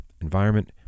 environment